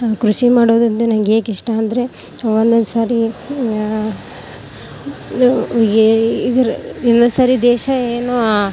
ಕೃಷಿ ಮಾಡೋದಂದರೆ ನಂಗೆ ಏಕಿಷ್ಟ ಅಂದರೆ ಒಂದೊಂದು ಸಾರಿ ಏ ಇದ್ರ ಇನ್ನೊಂದು ಸಾರಿ ದೇಶ ಏನು ಆ